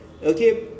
Okay